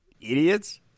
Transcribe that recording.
idiots